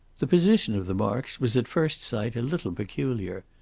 the position of the marks was at first sight a little peculiar.